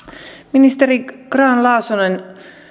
ministeri grahn laasonen